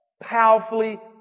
Powerfully